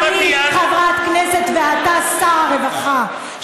אני חברת כנסת ואתה שר הרווחה,